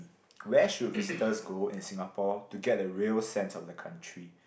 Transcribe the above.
where should visitors go in Singapore to get a real sense of the country